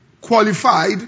qualified